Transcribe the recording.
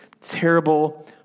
terrible